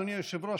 אדוני היושב-ראש,